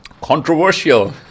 Controversial